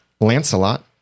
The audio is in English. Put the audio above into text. Lancelot